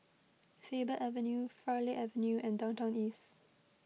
Faber Avenue Farleigh Avenue and Downtown East